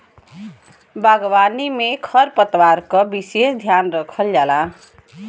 बागवानी में खरपतवार क विसेस ध्यान रखल जाला